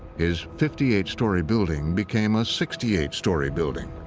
his fifty eight story building became a sixty eight story building.